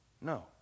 No